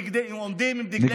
שעומדים עם דגלי ישראל.